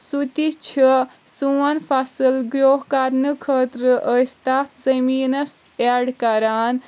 سُہ تہِ چھ سون فصٕل گرو کرنہٕ خٲطرٕ أس تتھ زٔمیٖنس اٮ۪ڈ کران